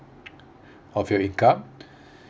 of your income